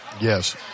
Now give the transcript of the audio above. Yes